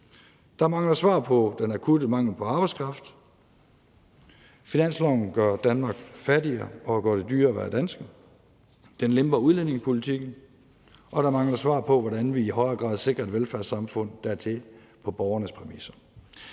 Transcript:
Der mangler svar på den akutte mangel på arbejdskraft, finansloven gør Danmark fattigere og gør det dyrere at være dansker, den lemper udlændingepolitikken, og der mangler svar på, hvordan vi i højere grad sikrer et velfærdssamfund, der er til på borgernes præmisser